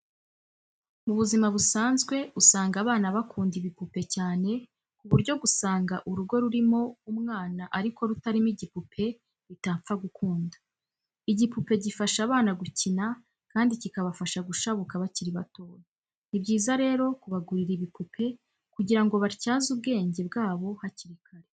Mu buzima busanzwe usanga abana bakunda ibipupe cyane ku buryo gusanga urugo rurimo umwana ariko rutarimo igipupe bitapfa gukunda. Igipupe gifasha abana gukina kandi kikabafasha gushabuka bakiri batoya. Ni byiza rero kubagurira ibipupe kugira ngo batyaze ubwenge bwabo hakiri kare.